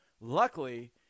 Luckily